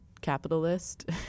capitalist